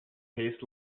tastes